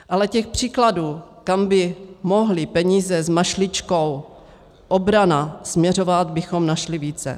Ale těch příkladů, kam by mohly peníze s mašličkou obrana směřovat, bychom našli více.